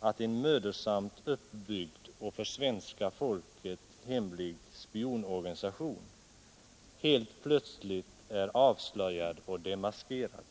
att en mödosamt uppbyggd och för svenska folket hemlig spionorganisation helt plötsligt är avslöjad och demaskerad.